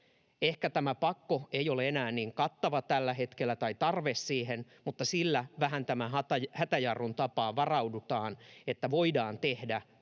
Ehkä tarve niihin ei ole enää niin kattava tällä hetkellä, mutta sillä vähän tämän hätäjarrun tapaan varaudutaan, että voidaan tehdä